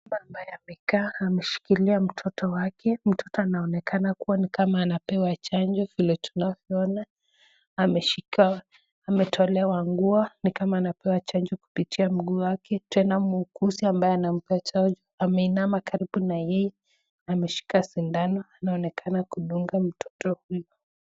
Mama amekaa ameshikilia mtoto wake, mtoto anaonekana kuwa nikama anapewa chanjo vile tunavyoona , ameshikiwa ametolewa nguo nikama amepewa chanjo kupitia mguu wake tena muuguzi ambaye anampa chanjo ameinama karibu na yeye ameshika sindano anaonekana kudunga mtoto huyu.